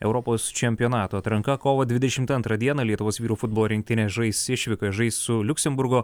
europos čempionato atranka kovo dvidešimt antrą dieną lietuvos vyrų futbolo rinktinė žais išvykoj žais su liuksemburgo